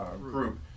group